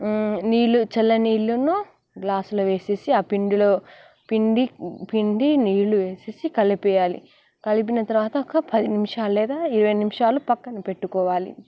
నీళ్ళు చల్లని నీళ్ళను గ్లాసులో వేసేసి ఆ పిండిలో పిండి పిండి నీళ్ళు వేసేసి కలిపేయాలి కలిపిన తరువాత ఒక పది నిమిషాలు లేదా ఇరవై నిమిషాలు పక్కన పెట్టుకోవాలి